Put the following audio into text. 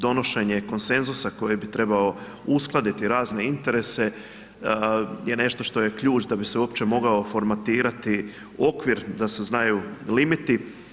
Donošenje konsenzusa koji bi trebao uskladiti razne interese je nešto što je ključ da bi se uopće mogao formatirati okvir da se znaju limiti.